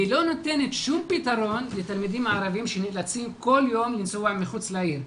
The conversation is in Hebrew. ולא נותנת שום פתרון לתלמידים ערבים שנאלצים כל יום לנסוע מחוץ לעיר.